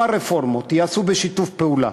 אם הרפורמות ייעשו בשיתוף פעולה,